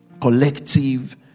Collective